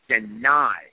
deny